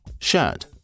Shirt